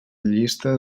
llista